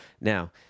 Now